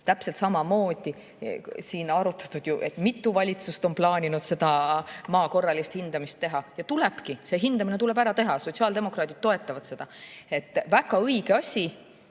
täpselt samamoodi seda arutatud. Mitu valitsust on plaaninud maa korralist hindamist teha, ja tulebki see hindamine ära teha. Sotsiaaldemokraadid toetavad seda. Väga õige asi!